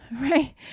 right